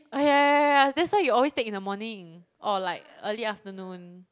ah yeah yeah yeah yeah yeah that's why you always take in the morning in or like early afternoon